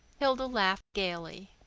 hilda laughed gayly.